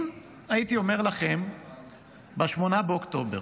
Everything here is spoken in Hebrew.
אם הייתי אומר לכם ב-8 באוקטובר,